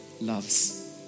loves